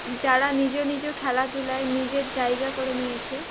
যারা নিজ নিজ খেলাধুলায় নিজের জায়গা করে নিয়েছে